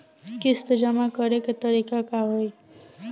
किस्त जमा करे के तारीख का होई?